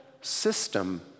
system